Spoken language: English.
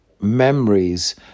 memories